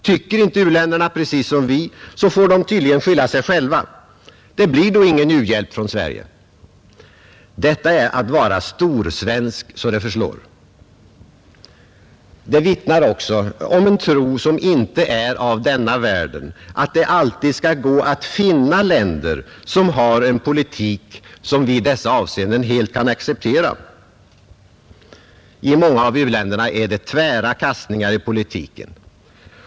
Tycker inte u-länderna precis som vi, så får de tydligen skylla sig själva. Det blir då ingen u-hjälp från Sverige. Detta är att vara storsvensk så det förslår. Det vittnar också om en tro, som inte är av denna världen, att det alltid skall gå att finna länder som har en politik som vi i dessa avseenden helt kan acceptera. I många av u-länderna är det tvära kastningar i politiken.